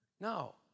No